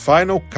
Final